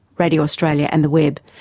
radio australia and the web,